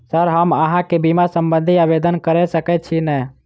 Sir हम अहाँ केँ बीमा संबधी आवेदन कैर सकै छी नै?